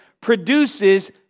produces